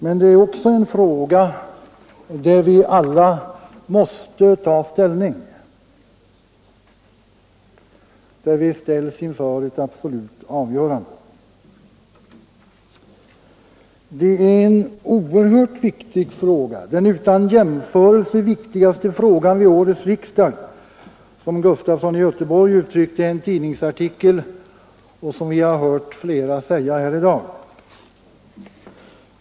Men det är också en fråga där vi alla måste ta ställning, där vi ställs inför ett absolut avgörande. Det är en oerhört viktig fråga — den utan jämförelse viktigaste frågan vid årets riksdag, som Sven Gustafson i Göteborg uttryckt det i en tidningsartikel och som vi har hört flera säga här i dag.